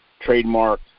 trademark